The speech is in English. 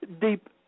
deep